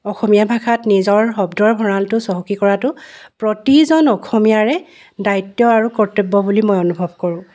অসমীয়া ভাষাত নিজৰ শব্দৰ ভঁৰালটো চহকী কৰাটো প্ৰতিজন অসমীয়াৰে দ্বায়িত্ব আৰু কৰ্তব্য বুলি মই অনুভৱ কৰোঁ